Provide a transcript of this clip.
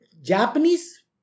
Japanese